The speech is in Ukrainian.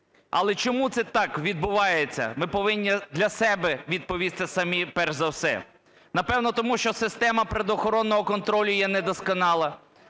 Але чому це так відбувається, ми повинні для себе відповісти, самі перш за все. Напевно, тому, що система природоохоронного контролю є недосконала.